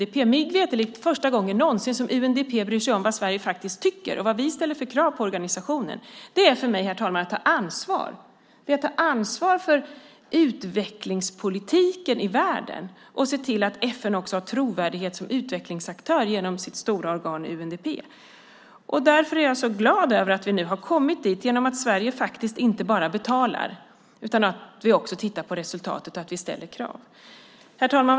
Det är mig veterligt första gången någonsin som UNDP bryr sig om vad Sverige faktiskt tycker och vad vi ställer för krav på organisationen. Det är för mig, herr talman, att ta ansvar. Det är att ta ansvar för utvecklingspolitiken i världen och se till att FN också har trovärdighet som utvecklingsaktör genom sitt stora organ UNDP. Därför är jag så glad över att vi nu har kommit dit genom att Sverige faktiskt inte bara betalar utan att vi också tittar på resultatet och ställer krav. Herr talman!